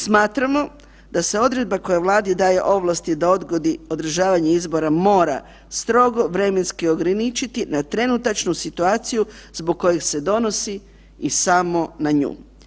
Smatramo da se odredba koja Vladi daje ovlasti da odgodi održavanje izbora mora strogo vremenski ograničiti na trenutačnu situaciju zbog kojeg se donosi i samo na nju.